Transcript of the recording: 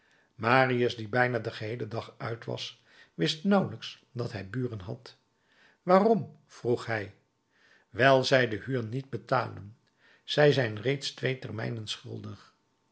marius die bijna den geheelen dag uit was wist nauwelijks dat hij buren had waarom vroeg hij wijl zij de huur niet betalen zij zijn reeds twee termijnen schuldig